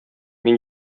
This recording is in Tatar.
мин